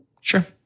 Sure